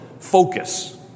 focus